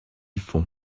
fond